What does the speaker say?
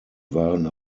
waren